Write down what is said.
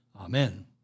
Amen